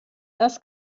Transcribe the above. das